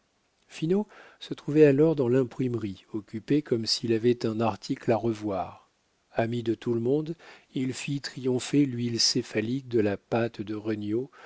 finot se trouvait alors dans l'imprimerie occupé comme s'il avait un article à revoir ami de tout le monde il fit triompher l'huile céphalique de la pâte de regnauld